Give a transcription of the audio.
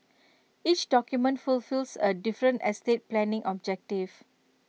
each document fulfils A different estate planning objective